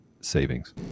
savings